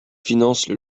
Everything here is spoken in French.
finance